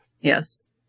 Yes